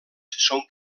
són